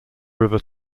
river